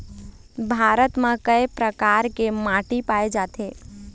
भारत म कय प्रकार के माटी पाए जाथे?